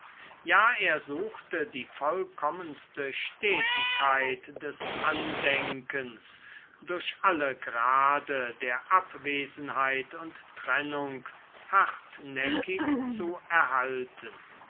ja er suchte die vollkommenste stetigkeit des andenkens durch alle grade der abwesenheit und trennung hartnäckig zu erhalten